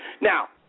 Now